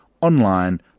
online